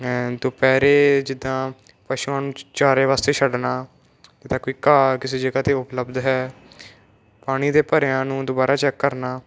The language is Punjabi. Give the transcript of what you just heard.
ਐਨ ਦੁਪਹਿਰੇ ਜਿੱਦਾਂ ਪਸ਼ੂਆਂ ਨੂੰ ਚ ਚਾਰੇ ਵਾਸਤੇ ਛੱਡਣਾ ਕੋਈ ਘਾਹ ਕਿਸੇ ਜਗ੍ਹਾ 'ਤੇ ਉਪਲਬਧ ਹੈ ਪਾਣੀ ਦੇ ਭਰਿਆਂ ਨੂੰ ਦੁਬਾਰਾ ਚੈੱਕ ਕਰਨਾ